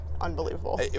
unbelievable